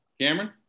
Cameron